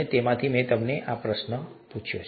અને તેથી મેં તેમને આ પ્રશ્ન પૂછ્યો